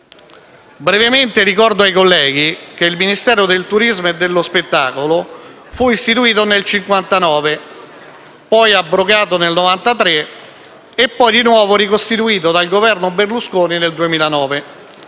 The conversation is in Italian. Brevemente, ricordo ai colleghi che il Ministero del turismo e dello spettacolo fu istituito nel 1959, poi abrogato nel 1993 e poi di nuovo ricostituito dal Governo Berlusconi nel 2009,